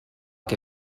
que